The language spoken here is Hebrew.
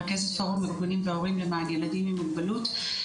רכזת פורום ארגונים והורים למען ילדים עם מוגבלות.